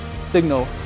signal